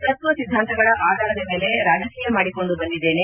ತತ್ವ ಸಿದ್ದಾಂತಗಳ ಆಧಾರದ ಮೇಲೆ ರಾಜಕೀಯ ಮಾಡಿಕೊಂಡು ಬಂದಿದ್ದೇನೆ